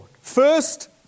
First